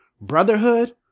brotherhood